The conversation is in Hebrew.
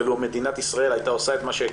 ולו מדינת ישראל הייתה עושה את מה שהיא